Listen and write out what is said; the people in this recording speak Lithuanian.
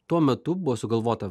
tuo metu buvo sugalvota